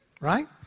right